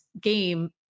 game